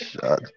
Shut